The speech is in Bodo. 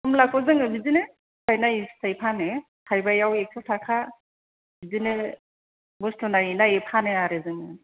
कमलाखौ जोङो बिदिनो फिथाइ नायै फिथाइ फानो थाइबायाव एक्स' थाखा बिदिनो बुस्टु नायै नायै फानो आरो जोङो